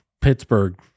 Pittsburgh